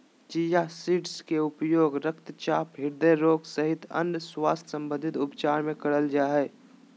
chia seeds के उपयोग रक्तचाप, हृदय रोग सहित अन्य स्वास्थ्य संबंधित उपचार मे करल जा हय